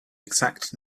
exact